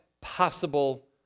possible